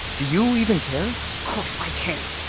do you even care? of course i care!